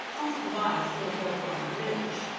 uncle tobias lived over on the ridge.